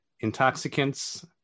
intoxicants